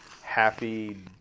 happy